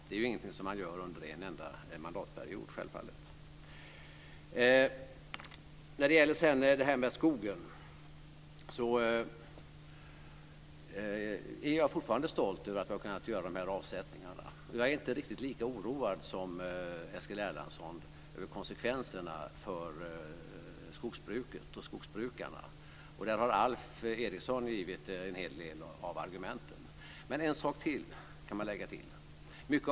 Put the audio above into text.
Det är självfallet ingenting man gör under en enda mandatperiod. När det sedan gäller skogen är jag fortfarande stolt över att vi har kunnat göra dessa avsättningar. Jag är inte riktigt lika oroad som Eskil Erlandsson över konsekvenserna för skogsbruket och skogsbrukarna. Alf Eriksson har givit en hel del av argumenten, men man kan lägga till en sak.